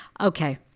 Okay